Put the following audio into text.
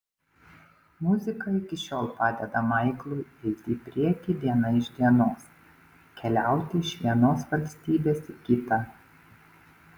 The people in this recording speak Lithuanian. muzika iki šiol padeda maiklui eiti į priekį diena iš dienos keliauti iš vienos valstybės į kitą